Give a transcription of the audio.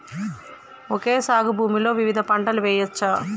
Okay సాగు భూమిలో వివిధ పంటలు వెయ్యచ్చా?